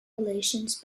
relations